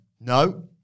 No